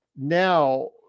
now